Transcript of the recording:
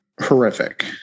horrific